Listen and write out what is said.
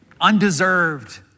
undeserved